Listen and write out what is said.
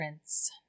prince